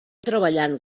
treballant